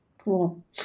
Cool